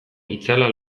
itzala